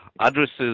addresses